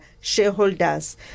shareholders